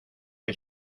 que